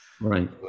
right